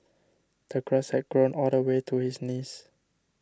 the grass had grown all the way to his knees